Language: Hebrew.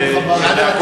מה זה צעיר?